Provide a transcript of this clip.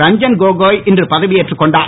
ரஞ்சன் கோகோய் இன்று பதவி ஏற்றுக்கொண்டார்